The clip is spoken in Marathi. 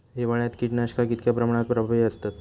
हिवाळ्यात कीटकनाशका कीतक्या प्रमाणात प्रभावी असतत?